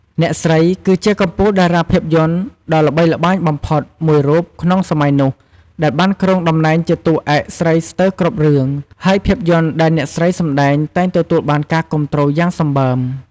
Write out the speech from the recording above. អ្នកស្រី គឺជាកំពូលតារាភាពយន្តដ៏ល្បីល្បាញបំផុតមួយរូបក្នុងសម័យនោះ ដែលបានគ្រងតំណែងជាតួឯកស្រីស្ទើរគ្រប់រឿង ហើយភាពយន្តដែលអ្នកស្រីសម្តែងតែងទទួលបានការគាំទ្រយ៉ាងសម្បើម។